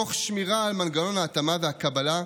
תוך שמירה על מנגנון ההתאמה והקבלה,